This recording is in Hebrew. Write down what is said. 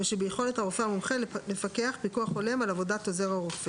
ושביכולת הרופא המומחה לפקח פיקוח הולם על עבודת עוזר הרופא.